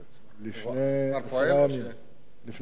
לפני עשרה ימים.